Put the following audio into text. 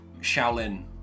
Shaolin